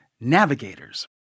Navigators